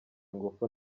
ingufu